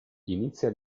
inizia